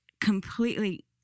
completely